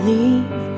Leave